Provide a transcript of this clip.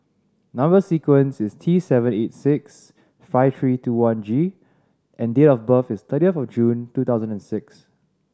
number sequence is T seven eight six five three two one G and date of birth is thirtieth June two thousand and six